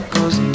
Cause